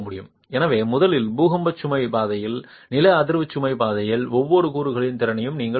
எனவே முதலில் பூகம்ப சுமை பாதையில் நில அதிர்வு சுமை பாதையில் ஒவ்வொரு கூறுகளின் திறனையும் நீங்கள் நிறுவ முடியும்